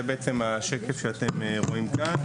זה בעצם השקף שאתם רואים כאן.